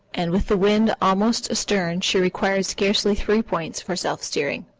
and with the wind almost astern she required scarcely three points for self-steering.